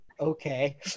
okay